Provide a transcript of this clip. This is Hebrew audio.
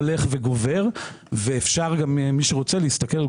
הולך וגובר ואפשר - מי שרוצה - להסתכל על